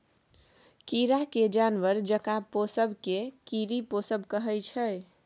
कीरा केँ जानबर जकाँ पोसब केँ कीरी पोसब कहय छै